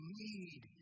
need